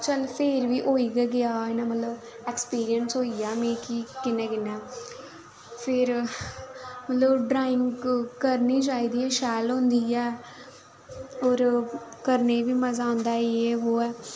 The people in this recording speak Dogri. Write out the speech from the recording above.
चल सेव बी होई गै गेआ मतलब अक्सपीरियंस होई गेआ मिगी कि कि'यां कि'यां फिर मतलब ड्रांइग करनी चाहिदी ऐ शैल होंदी ऐ होर करने गी बी मजा आंदा ऐ जे ऐ वो ऐ